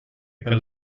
pel